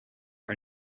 are